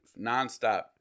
nonstop